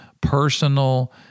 personal